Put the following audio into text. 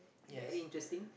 very interesting